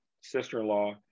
sister-in-law